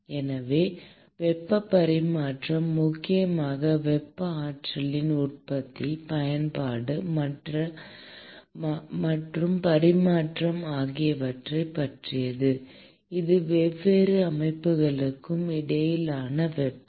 எனவே வெப்பப் பரிமாற்றம் முக்கியமாக வெப்ப ஆற்றலின் உற்பத்தி பயன்பாடு மாற்றம் மற்றும் பரிமாற்றம் ஆகியவற்றைப் பற்றியது இது வெவ்வேறு அமைப்புகளுக்கு இடையிலான வெப்பம்